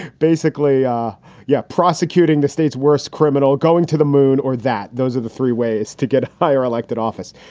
basically. ah yeah. prosecuting the state's worst criminal. going to the moon. or that those are the three ways to get higher elected office.